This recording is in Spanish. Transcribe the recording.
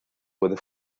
puede